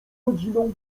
rodziną